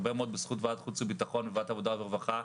הרבה מאוד בזכות ועדת החוץ והביטחון וועדת העבודה והרווחה,